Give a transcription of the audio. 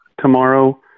tomorrow